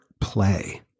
play